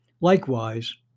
Likewise